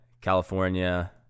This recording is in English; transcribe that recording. california